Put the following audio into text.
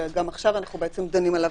שגם אנחנו דנים עליו,